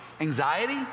anxiety